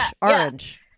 orange